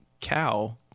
cow